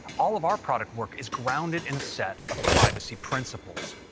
all of our product work is grounded in a set of privacy principles.